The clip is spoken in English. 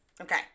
Okay